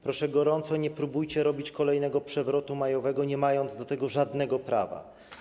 Proszę gorąco, nie próbujcie robić kolejnego przewrotu majowego, nie mając do tego żadnego prawa.